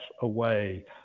away